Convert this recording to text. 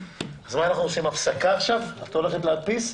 אנחנו עושים הפסקה עכשיו ואת הולכת להדפיס.